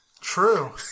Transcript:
True